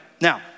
Now